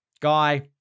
guy